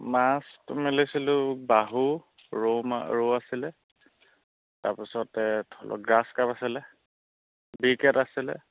মাছটো মেলিছিলোঁ বাহু ৰৌ মা ৰৌ আছিলে তাৰপিছতে ধৰি লওক গ্ৰাছকাৰ্প আছিলে বিকেট আছিলে